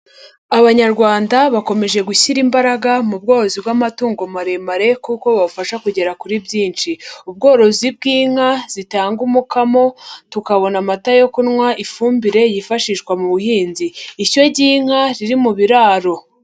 Abanyarwanda bakomeje gushyira imbaraga mu bworozi bw'amatungo maremare kuko bubafasha kugera kuri byinshi, ubworozi bw'inka zitanga umukamo tukabona amata yo kunywa, ifumbire yifashishwa mu buhinzi, ishyo ry'inka riri mu biraro.